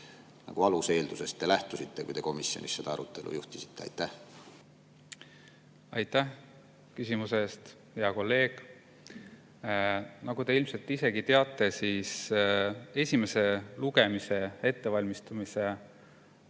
aluseeldusest te lähtusite, kui te komisjonis seda arutelu juhtisite? Aitäh küsimuse eest, hea kolleeg! Nagu te ilmselt ise ka teate, esimese lugemise ettevalmistamise